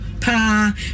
Pa